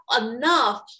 enough